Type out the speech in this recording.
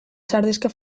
sardexka